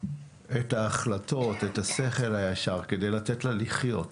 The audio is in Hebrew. את ההחלטות ואת השכל הישר כדי לתת לה לחיות.